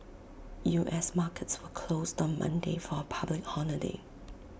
U S markets were closed on Monday for A public holiday